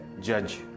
judge